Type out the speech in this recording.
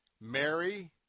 Mary